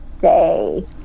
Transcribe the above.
Say